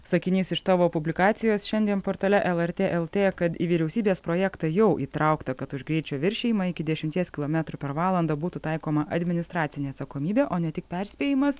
sakinys iš tavo publikacijos šiandien portale lrt lt kad į vyriausybės projektą jau įtraukta kad už greičio viršijimą iki dešimties kilometrų per valandą būtų taikoma administracinė atsakomybė o ne tik perspėjimas